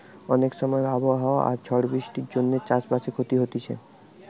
অনেক সময় আবহাওয়া আর ঝড় বৃষ্টির জন্যে চাষ বাসে ক্ষতি হতিছে